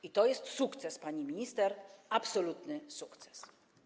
I to jest sukces pani minister, absolutny sukces.